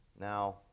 now